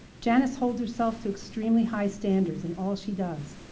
janice holds herself to extremely high standards in all she does.